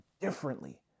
differently